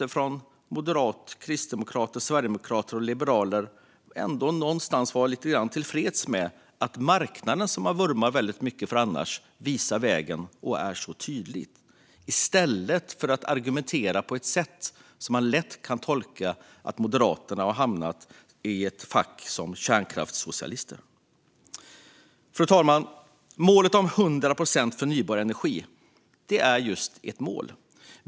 Kan då moderater, kristdemokrater, sverigedemokrater och liberaler ändå inte vara lite grann till freds med att marknaden, som man annars vurmar väldigt mycket för, visar vägen och är så tydlig? I stället argumenterar man på ett sätt som lätt går att tolka som att Moderaterna har hamnat i facket kärnkraftssocialister. Fru talman! Målet om 100 procent förnybar energi är just ett mål.